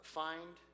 find